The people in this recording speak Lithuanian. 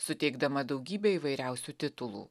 suteikdama daugybę įvairiausių titulų